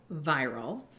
Viral